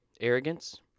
Arrogance